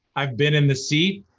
i've been in the seat.